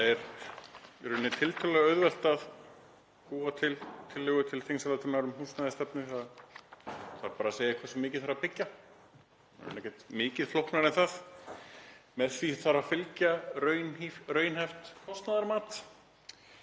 rauninni tiltölulega auðvelt að búa til tillögu til þingsályktunar um húsnæðisstefnu. Það þarf bara að segja hversu mikið þarf að byggja. Það er ekkert mikið flóknara en það. Því þarf að fylgja raunhæft kostnaðarmat.